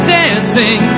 dancing